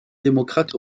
démocrate